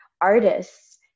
artists